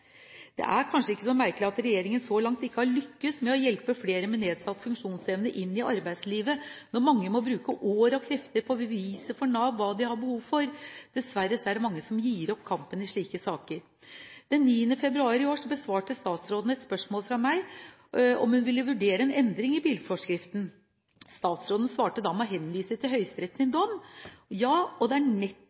Det er kanskje ikke så merkelig at regjeringen så langt ikke har lyktes med å hjelpe flere med nedsatt funksjonsevne inn i arbeidslivet, når mange må bruke år og krefter på å bevise overfor Nav hva de har behov for. Dessverre er det mange som gir opp kampen i slike saker. Den 9. februar i år besvarte statsråden et spørsmål fra meg om hun ville vurdere en endring i bilforskriften. Statsråden svarte da med å henvise til Høyesteretts dom. Det er nettopp det vi håpet å endre i dag, for det er